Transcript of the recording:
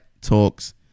talks